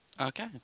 Okay